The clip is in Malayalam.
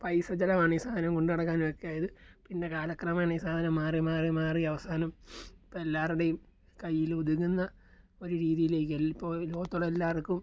പൈസ ചിലവാണ് ഈ സാധനം കൊണ്ടു നടക്കാനായത് പിന്നെ കാലക്രമേണ ഈ സാധനം മാറി മാറി അവസാനം ഇപ്പം എല്ലാവരുടെയും കയ്യിൽ ഒതുങ്ങുന്ന ഒരു രീതിയിലേക്ക് ഇൽ ഇപ്പോൾ ലോകത്തുള്ള എല്ലാവർക്കും